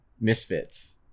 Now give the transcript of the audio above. misfits